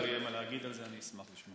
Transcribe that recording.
אם לאלי אבידר יהיה מה להגיד על זה, אשמח לשמוע.